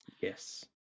Yes